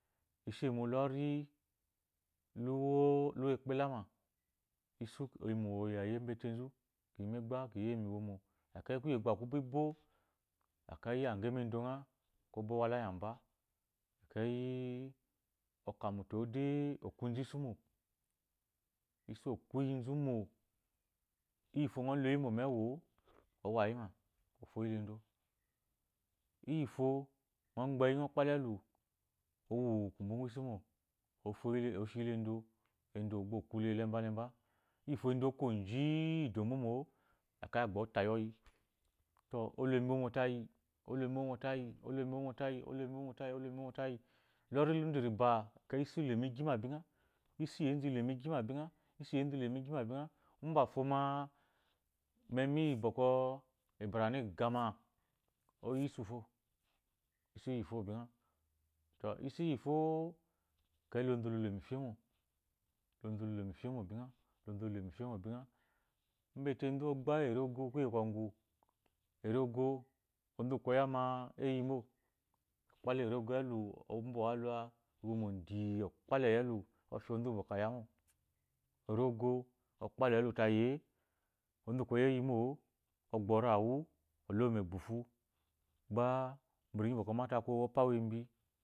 Ishe mu lori lo uwo uwo ukpela ma ɔyi oyeye uwu mbetenzu kuye gba kubi bo akeyi aywamendo ngha ekeyi obo owala yimba eke yi oka munu o de okwunze isu mo isu okwuyinzu mo iyito ngɔ loyi mo mu ewu o o wa ngha yima ekeyi ofula endo iyi fo kgɔ gbeyi ngɔ gba ta eluewu kubu ngu isu ofula endo endo gba okule keba teba iyifo endo okwu ji i idobo mo ekeyi ogbo otayi oyi to ole mu woomo tayi ole mu iwomo tayi ole mu iwomo tayi ole mu iwoomo tayi ji-i luri ndu. riba ekeyi isuikoma iggi ma bi ngha isu enzu ilomu igyima bingha ilo mu igyima bingha mbafo ma memi yi bwɔko ebarana igama oyi isu fo isu iyi fo bingha to isu iyifo ekeyi lonzu lu lo mu ifemo lonzuloe tɔ ifemo bingha lonzu lu lo ifemo bingha mbeenzu ogba erogo kuye ma eyi mo okpala yi elu ofya onzu uwu bwɔkwɔ aya mo orago okpalawu elu tayi e onzu uwu koya eyi mo ogbo orawu olu mu egbhuhu gba mu riyi bwɔkwɔ omate akun